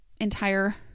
entire